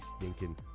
stinking